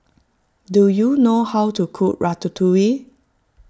do you know how to cook Ratatouille